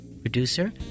Producer